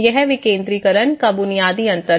यह विकेंद्रीकरण का बुनियादी अंतर है